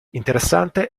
interessante